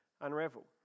unravel